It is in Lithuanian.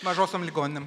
mažosiom ligoninėm